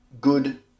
good